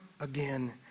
again